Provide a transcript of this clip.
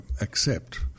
accept